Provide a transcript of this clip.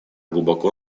глубоко